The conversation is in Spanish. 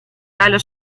galo